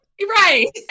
Right